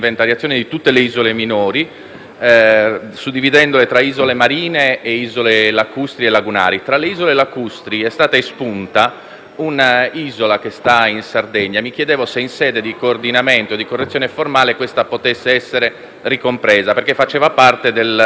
suddividendole tra isole marine e isole lacustri e lagunari. Tra le isole lacustri è stata espunta un'isola che sta in Sardegna e mi chiedevo se in sede di coordinamento formale potesse essere ricompresa, perché faceva parte del disegno di legge presentato